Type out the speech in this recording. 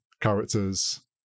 characters